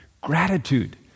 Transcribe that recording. gratitude